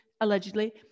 allegedly